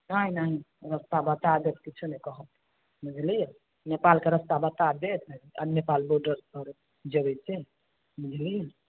नहि नहि रस्ता बता देत किछो नहि कहत बुझलियै नेपालके रस्ता बता देत आ नेपाल बोर्डर पर जेबै से बुझलियै